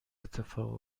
اتفاق